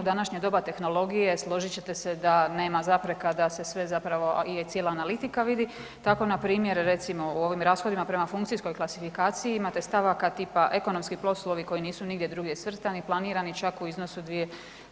U današnje doba tehnologije, složit ćete se, da nema zapreka da se sve zapreka da se cijela analitika vidi, tako npr. recimo u ovim rashodima prema funkcijskoj kvalifikaciji imate stavaka tima ekonomski poslovi koji nisu nigdje drugdje svrstani, planirani čak u iznosu